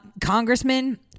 Congressman